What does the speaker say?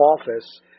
office